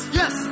yes